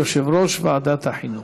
יושב-ראש ועדת החינוך.